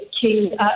King